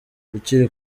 ukuri